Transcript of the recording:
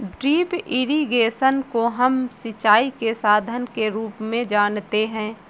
drip irrigation को हम सिंचाई के साधन के रूप में जानते है